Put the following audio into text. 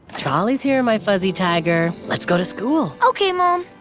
trolley's here, my fuzzy tiger. let's go to school. okay, mom.